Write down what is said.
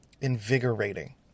invigorating